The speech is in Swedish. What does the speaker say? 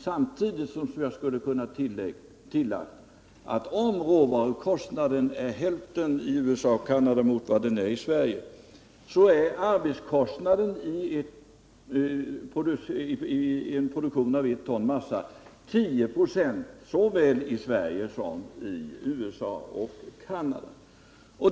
Samtidigt skulle jag kunna tillägga, att om råvarukostnaden är hälften i USA och Canada mot vad den är i Sverige, så uppgår arbetskostnaden vid produktion av ett ton massa till 10 96 såväl i Sverige som i USA och Canada.